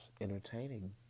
entertaining